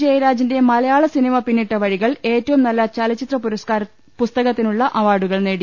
ജയരാ ജന്റെ മലയാള സിനിമ പിന്നിട്ട വഴികൾ ഏറ്റവും നല്ല ചലചിത്ര പുസ്ത കത്തിനുള്ള അവാർഡ് നേടി